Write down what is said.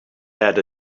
had